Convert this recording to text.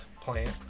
plant